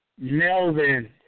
Melvin